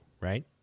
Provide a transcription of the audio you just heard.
right